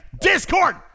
Discord